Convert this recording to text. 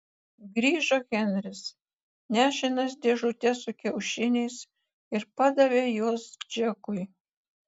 grįžo henris nešinas dėžute su kiaušiniais ir padavė juos džekui